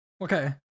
Okay